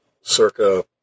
circa